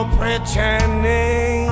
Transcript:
pretending